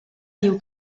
diu